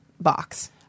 box